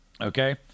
okay